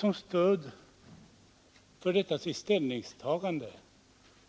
Som stöd för sitt ställningstagande